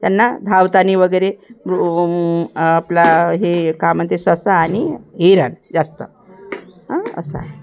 त्यांना धावताना वगैरे वुं आपला हे काय म्हणते आहे ससा आणि हरीण जास्त आं असं आहे